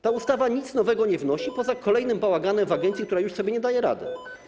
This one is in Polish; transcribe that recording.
Ta ustawa nic nowego nie wnosi poza kolejnym bałaganem w agencji, która już sobie nie daje rady.